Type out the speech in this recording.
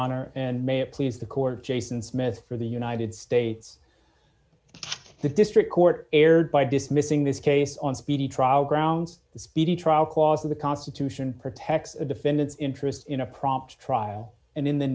honor and may it please the court jason smith for the united states the district court erred by dismissing this case on speedy trial grounds a speedy trial clause of the constitution protects a defendant's interest in a prompt trial and in the